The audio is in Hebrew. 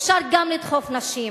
אפשר גם לדחוף נשים,